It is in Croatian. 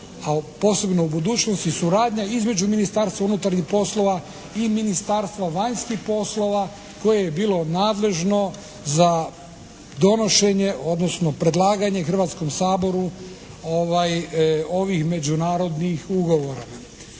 a posebno u budućnosti suradnja između Ministarstva unutarnjih poslova i Ministarstva vanjskih poslova koje je bilo nadležno za donošenje odnosno predlaganje Hrvatskom saboru ovih međunarodnih ugovora.